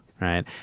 Right